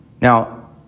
Now